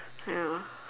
ya